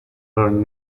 burn